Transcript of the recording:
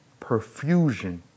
perfusion